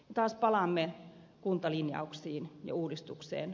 taas palaamme kuntalinjauksiin ja uudistukseen